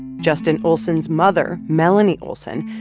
justin olsen's mother, melanie olsen,